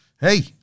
Hey